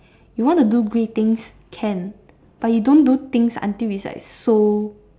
you want to do grey things can but you don't do things until it's like so